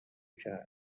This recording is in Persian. کرد